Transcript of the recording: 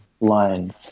line